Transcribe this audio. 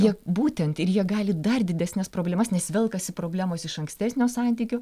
jie būtent ir jie gali dar didesnes problemas nes velkasi problemos iš ankstesnio santykio